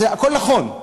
הכול נכון,